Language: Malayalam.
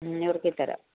ഞുറുക്കി തരാം